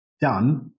done